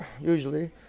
usually